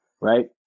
Right